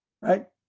right